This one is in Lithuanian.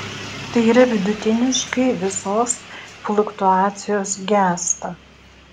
tai yra vidutiniškai visos fluktuacijos gęsta